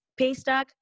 Paystack